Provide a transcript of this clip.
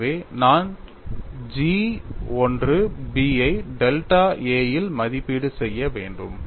எனவே நான் G I B ஐ டெல்டா a இல் மதிப்பீடு செய்ய வேண்டும்